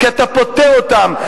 כי אתה פוטר אותם,